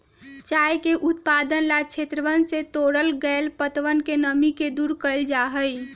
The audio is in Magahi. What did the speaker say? चाय के उत्पादन ला क्षेत्रवन से तोड़ल गैल पत्तवन से नमी के दूर कइल जाहई